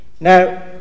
Now